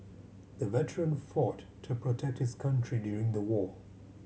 the veteran fought to protect his country during the war